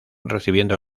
recibiendo